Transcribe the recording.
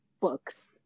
books